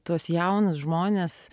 tuos jaunus žmones